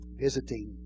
Visiting